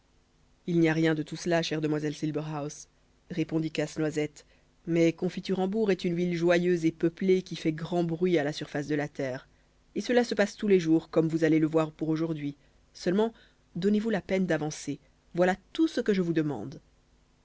il n'y a rien de tout cela chère demoiselle silberhaus répondit casse-noisette mais confiturembourg est une ville joyeuse et peuplée qui fait grand bruit à la surface de la terre et cela se passe tous les jours comme vous allez le voir pour aujourd'hui seulement donnez-vous la peine d'avancer voilà tout ce que je vous demande